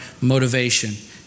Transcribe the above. motivation